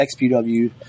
XPW